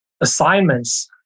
assignments